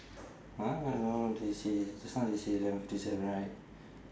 they say just now they say eleven fifty seven right